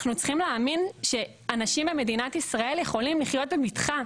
אנחנו צריכים להאמין שאנשים במדינת ישראל יכולים לחיות בבטחה.